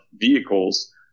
vehicles